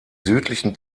südlichen